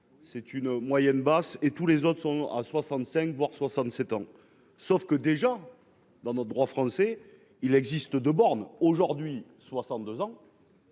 c'est une moyenne basse et tous les autres sont à 65 voire 67 ans sauf que déjà dans notre droit français. Il existe de bornes aujourd'hui 62 ans.